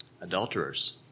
Adulterers